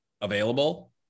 available